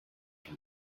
can